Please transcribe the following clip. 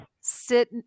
sit